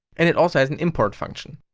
and it also has an import function.